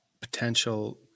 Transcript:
potential